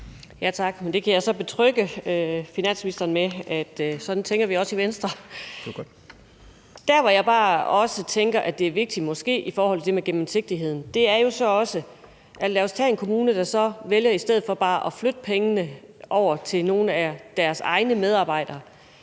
Tak. Jeg kan så betrygge finansministeren med, at sådan tænker vi også i Venstre. Der, hvor jeg også bare tænker det måske er vigtigt i forhold til det med gennemsigtigheden, er f.eks. en kommune, der så i stedet for vælger bare at flytte pengene over til nogle af deres egne medarbejdere.